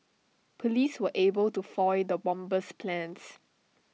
Police were able to foil the bomber's plans